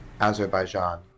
Azerbaijan